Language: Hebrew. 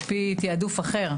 על פי תיעדוף אחר,